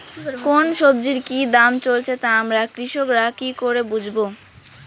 কোন সব্জির কি দাম চলছে তা আমরা কৃষক রা কি করে বুঝবো?